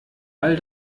all